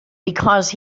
because